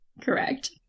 Correct